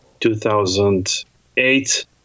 2008